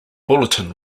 bulletin